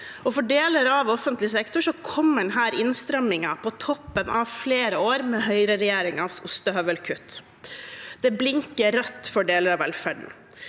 For deler av offentlig sektor kommer denne innstrammingen på toppen av flere år med høyreregjeringens ostehøvelkutt. Det blinker rødt for deler av velferden.